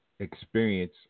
experience